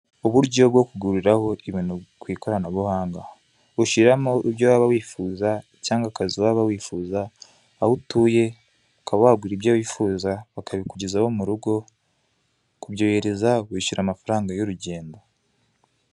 Uburyo bwo kuguriraho ibintu kw'ikoranabuhanga ushyiramo ibyo waba wifuza cyangwa akazi waba wifuza aho utuye ukaba wagura ibyo wifuza bakabikugezaho mu rugo kubyohereza wishyura amafaranga y'urugendo.